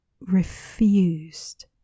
refused